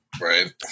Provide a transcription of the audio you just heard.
Right